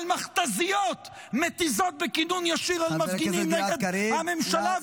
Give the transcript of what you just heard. אבל מכת"זיות מתיזות בכינון ישיר על מפגינים נגד הממשלה,